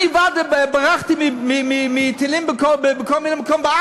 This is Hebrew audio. אני ברחתי מטילים בכל מיני מקומות,